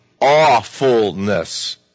awfulness